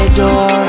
door